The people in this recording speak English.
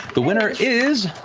the winner is.